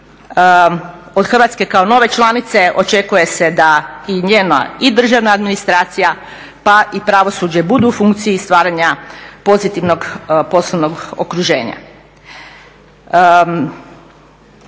Od Hrvatske kao nove članice očekuje se da i njena i državna administracija, pa i pravosuđe budu u funkciji stvaranja pozitivnog poslovnog okruženja.